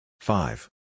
Five